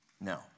No